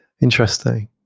interesting